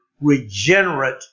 regenerate